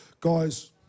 guys